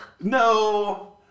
No